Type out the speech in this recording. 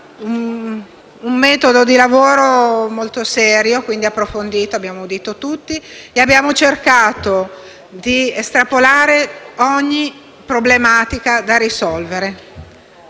un metodo di lavoro molto serio e approfondito. Abbiamo audito tutti e abbiamo cercato di estrapolare ogni problematica da risolvere.